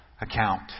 account